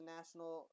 National